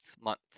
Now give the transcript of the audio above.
Month